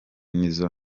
nizzo